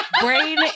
brain